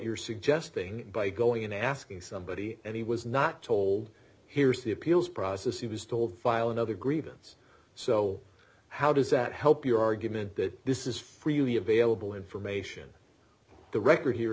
you're suggesting by going in asking somebody and he was not told here's the appeals process he was told file another grievance so how does that help your argument that this is freely available information the record here